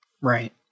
Right